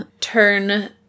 turn